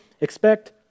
expect